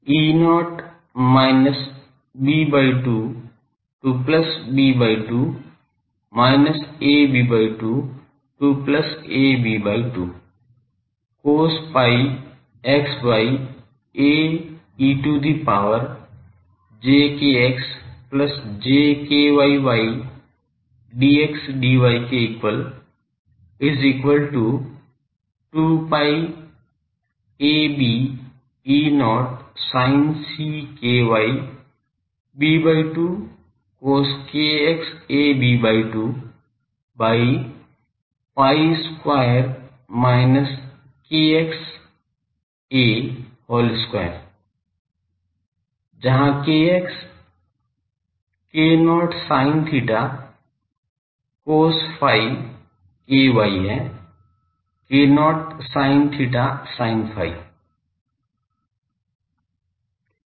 E0 minus b by 2 to plus b by 2 minus a by 2 to plus a by 2 cos pi x by a e to the power j kx plus j ky y dxdy is equal to 2 pi a b E0 sinc ky b by 2 cos kx a by 2 by pi square minus kx a whole square जहाँ kx k0 sin theta cos phi ky है k0 sin theta sin phi